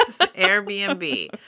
Airbnb